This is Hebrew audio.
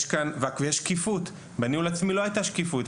יש כאן שקיפות; בניהול העצמי לא הייתה שקיפות.